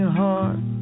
heart